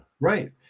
Right